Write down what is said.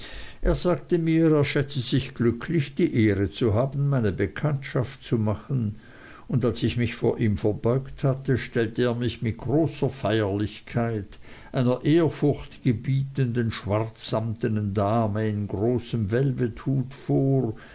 er sagte mir er schätze sich glücklich die ehre zu haben meine bekanntschaft zu machen und als ich mich vor ihm verbeugt hatte stellte er mich mit großer feierlichkeit einer ehrfurchtgebietenden schwarzsamtenen dame in großem velvethut vor